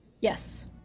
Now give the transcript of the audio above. Yes